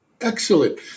Excellent